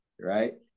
right